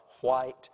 white